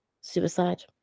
suicide